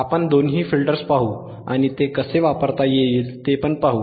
आपण दोन्ही फिल्टर्स पाहू आणि ते कसे वापरता येईल ते पण पाहू